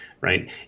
right